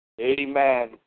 Amen